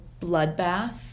bloodbath